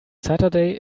saturday